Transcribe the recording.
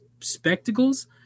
spectacles